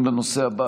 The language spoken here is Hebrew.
חברי הכנסת כנפו,